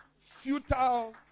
futile